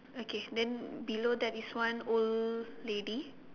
okay then below that is one old lady